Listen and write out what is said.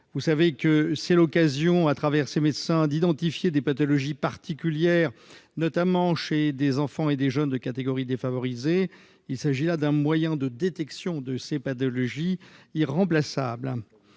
la politique de santé à l'école. Ces médecins détectent des pathologies particulières, notamment chez les enfants et les jeunes de catégories défavorisées. Il s'agit là d'un moyen de détection de ces pathologies irremplaçable.